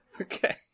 Okay